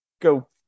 go